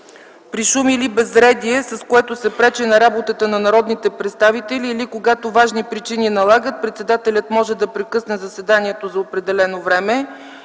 „при шум или безредие, с което се пречи на работата на народните представители, или когато важни причини налагат, председателят може да прекъсне заседанието за определено време”